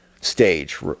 stage